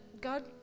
God